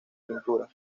pintura